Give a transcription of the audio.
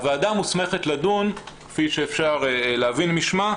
הוועדה מוסמכת לדון כפי שאפשר להבין משמה,